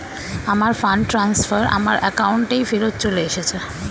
আমার fund transfer আমার অ্যাকাউন্টেই ফেরত চলে এসেছে